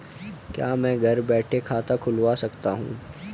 क्या मैं घर बैठे खाता खुलवा सकता हूँ?